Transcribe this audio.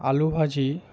আলু ভাজি